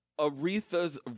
Aretha's